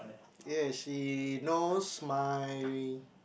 ya she knows my